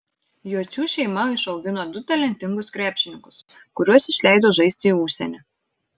jocių šeima išaugino du talentingus krepšininkus kuriuos išleido žaisti į užsienį